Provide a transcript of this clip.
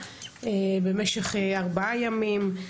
במשך ארבעה ימים,